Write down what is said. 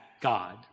God